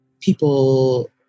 people